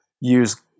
use